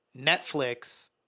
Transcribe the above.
Netflix –